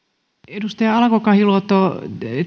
edustaja alanko kahiluoto